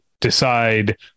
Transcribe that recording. decide